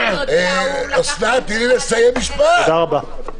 תודה רבה.